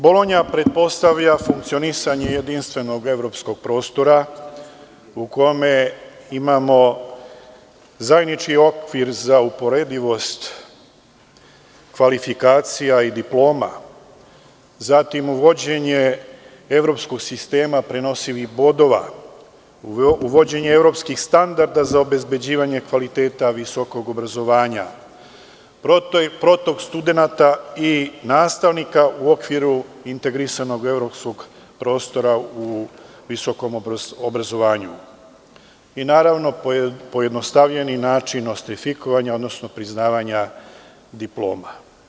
Bolonja pretpostavlja funkcionisanje jedinstvenog evropskog prostora u kome imamo zajednički okvir za uporedivost kvalifikacija i diploma, uvođenje evropskog sistema prenosivih bodova, uvođenje evropskih standarda za obezbeđivanje kvaliteta visokog obrazovanja, protoko studenata i nastavnika u okviru integrisanog evropskog prostora u visokom obrazovanju, kao i pojednostavljeni način nostrifikovanja, odnosno priznavanja diploma.